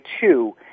two